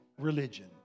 religion